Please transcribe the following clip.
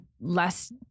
less